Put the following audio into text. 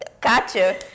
Gotcha